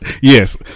Yes